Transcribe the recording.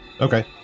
Okay